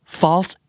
false